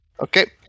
Okay